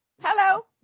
Hello